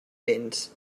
vents